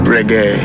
Reggae